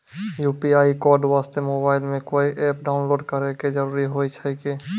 UPI code वास्ते mobile मे कोय एप्प डाउनलोड करे के जरूरी होय छै की?